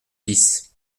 dix